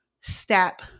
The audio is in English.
step